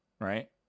Right